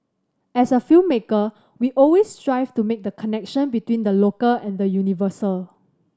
as a filmmaker we always strive to make the connection between the local and the universal